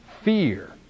fear